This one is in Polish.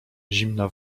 zimna